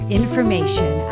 information